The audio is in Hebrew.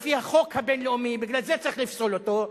לפי החוק הבין-לאומי בגלל זה צריך לפסול אותו,